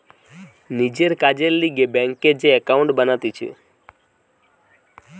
নিজের কাজের লিগে ব্যাংকে যে একাউন্ট বানাতিছে